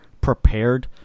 prepared